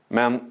men